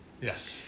Yes